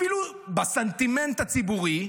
אפילו בסנטימנט הציבורי,